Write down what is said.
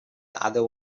other